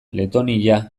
letonia